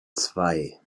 zwei